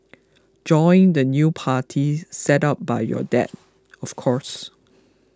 join the new party set up by your dad of course